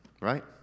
right